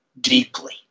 deeply